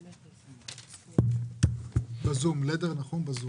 בבקשה, בזום.